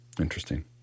Interesting